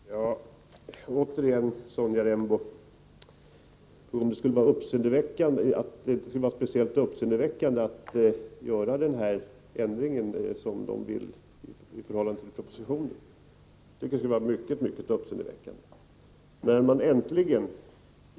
Herr talman! Återigen, Sonja Rembo: Jag tycker att det skulle ha varit mycket mycket uppseendeväckande att göra den ändring i förhållande till propositionen som ni har föreslagit.